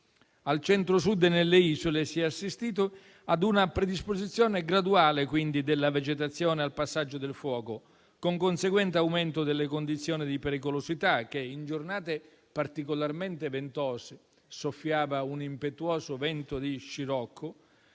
Al Centro-Sud e nelle isole si è assistito ad una predisposizione graduale, quindi, della vegetazione al passaggio del fuoco, con conseguente aumento delle condizioni di pericolosità, che in giornate particolarmente ventose e calde - soffiava un impetuoso vento di scirocco